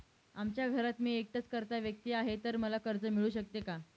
आमच्या घरात मी एकटाच कर्ता व्यक्ती आहे, तर मला कर्ज मिळू शकते का?